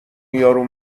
یارو